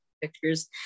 pictures